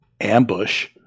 ambush